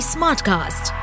Smartcast